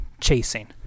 chasing